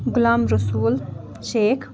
Ghulam Rasool Sheikh